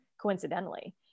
coincidentally